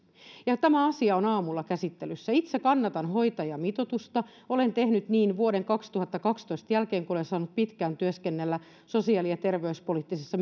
ja tämä asia on aamulla käsittelyssä itse kannatan hoitajamitoitusta olen tehnyt niin vuoden kaksituhattakaksitoista jälkeen kun olen saanut pitkään työskennellä sosiaali ja terveyspoliittisessa